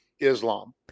Islam